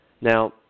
Now